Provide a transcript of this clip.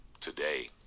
today